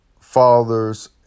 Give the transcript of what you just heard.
fathers